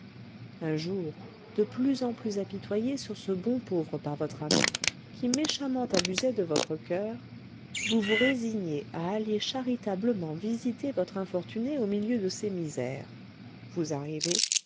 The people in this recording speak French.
un jour de plus en plus apitoyée sur ce bon pauvre par votre amie qui méchamment abusait de votre coeur vous vous résignez à aller charitablement visiter votre infortuné au milieu de ses misères vous arrivez